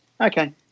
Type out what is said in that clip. okay